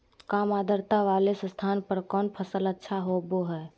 काम आद्रता वाले स्थान पर कौन फसल अच्छा होबो हाई?